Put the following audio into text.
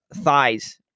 thighs